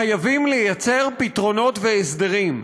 חייבים לייצר פתרונות והסדרים.